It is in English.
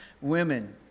women